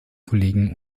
kollegen